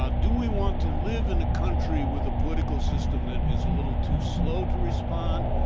ah do we want to live in a country with a political system that is a little too slow to respond,